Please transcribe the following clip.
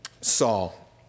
Saul